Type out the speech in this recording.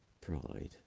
Pride